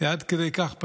זה עד כדי כך פשוט,